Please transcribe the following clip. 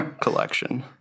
collection